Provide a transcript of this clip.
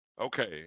Okay